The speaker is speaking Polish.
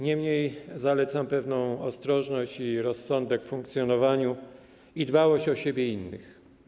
Niemniej zalecam pewną ostrożność i rozsądek w funkcjonowaniu i dbałość o siebie i innych.